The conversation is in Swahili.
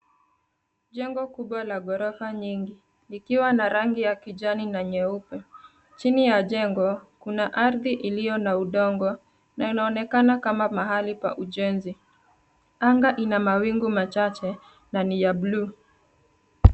Jengo kubwa la ghorofa nyingi likiwa na rangi ya kijani na nyeupe. Chini ya jengo, kuna ardhi iliyo na udongo na inaonekana kama mahali pa ujenzi. Anga ina mawingu machache na ni ya buluu.